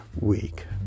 Week